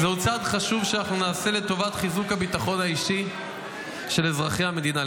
זהו צעד חשוב שאנחנו נעשה לטובת חיזוק הביטחון האישי של אזרחי המדינה.